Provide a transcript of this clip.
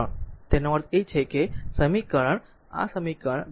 3 તેનો અર્થ એ કે આ સમીકરણ આ સમીકરણ 2